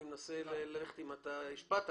אני מנסה לראות אם אתה גם השפעת...